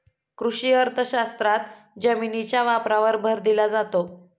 कृषी अर्थशास्त्रात जमिनीच्या वापरावर भर दिला जातो